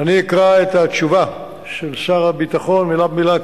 אני אקרא את התשובה של שר הביטחון מלה במלה,